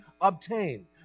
obtain